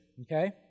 okay